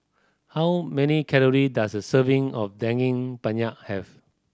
how many calorie does a serving of Daging Penyet have